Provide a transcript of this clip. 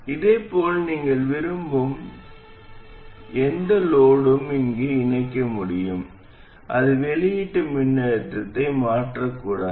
இதேபோல் நீங்கள் விரும்பும் எந்த சுமையையும் இங்கே இணைக்க முடியும் அது வெளியீட்டு மின்னழுத்தத்தை மாற்றக்கூடாது